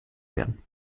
werden